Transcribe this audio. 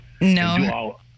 No